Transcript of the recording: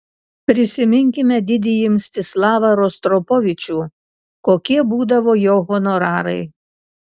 prisiminkime didįjį mstislavą rostropovičių kokie būdavo jo honorarai